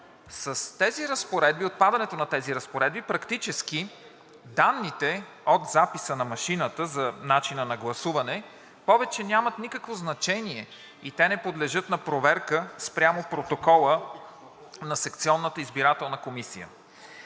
с тези разпоредби, отпадането на тези разпоредби, практически данните от записа на машината за начина на гласуване повече нямат никакво значение и те не подлежат на проверка спрямо протокола на секционната избирателна комисия.